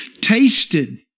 Tasted